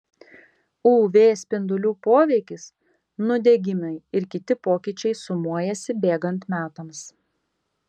uv spindulių poveikis nudegimai ir kiti pokyčiai sumuojasi bėgant metams